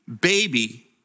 Baby